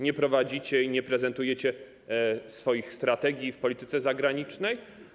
Nie prowadzicie i nie prezentujecie swoich strategii w polityce zagranicznej.